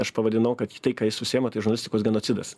aš pavadinau kad tai ką jis užsiima tai žurnalistikos genocidas